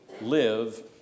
live